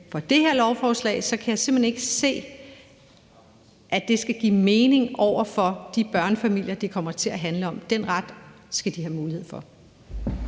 for det her lovforslags vedkommende kan jeg simpelt hen ikke se, at det skal give mening over for de børnefamilier, det kommer til at handle om. Den ret skal de have mulighed for